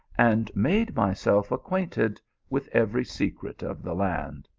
and made myself acquainted with every secret of the land.